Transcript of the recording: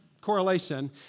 correlation